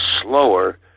slower